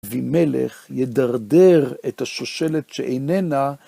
ומלך ידרדר את השושלת שאיננה